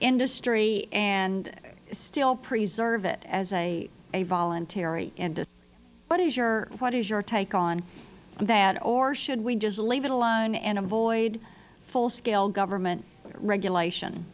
industry and still preserve it as a voluntary industry what is your take on that or should we just leave it alone and avoid full scale government regulation